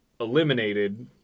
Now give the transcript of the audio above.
eliminated